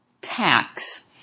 tax